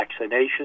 vaccinations